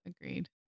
Agreed